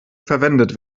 verwendet